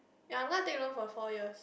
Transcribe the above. ya I'm going to take loan for four years